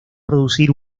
producir